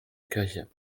kirche